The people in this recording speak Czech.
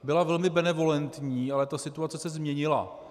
Byla velmi benevolentní, ale situace se změnila.